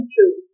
True